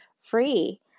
free